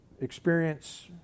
experience